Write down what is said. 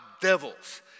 devils